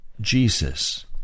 Jesus